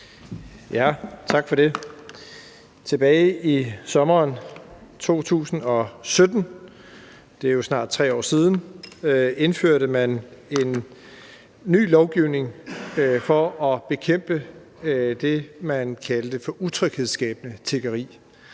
(S): Tak for det. Tilbage i sommeren 2017 – det er jo snart 3 år siden – indførte man en ny lovgivning for at bekæmpe det, man kaldte for utryghedsskabende tiggeri.